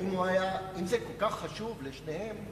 אם זה כל כך חשוב לשניהם,